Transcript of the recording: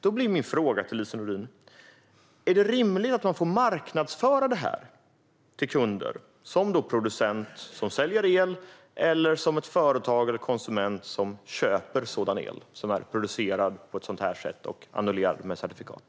Då blir min fråga till Lise Nordin: Är det rimligt att man som producent som säljer el får marknadsföra detta till kunder - företagare och konsumenter - som köper el som är producerad på ett sådant sätt och annullerad med certifikat?